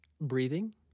Breathing